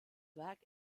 werk